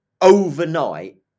overnight